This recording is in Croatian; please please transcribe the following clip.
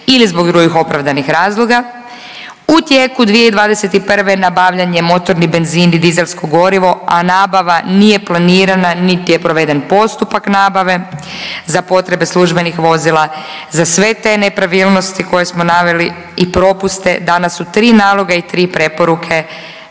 ili zbog drugih opravdanih razloga. U tijeku 2021. nabavljan je motorni benzin i dizelsko gorivo, a nabava nije planirana niti je proveden postupak nabave za potrebe službenih vozila. Za sve te nepravilnosti koje smo naveli i propuste dana su tri naloga i tri preporuke